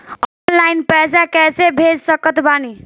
Online पैसा कैसे भेज सकत बानी?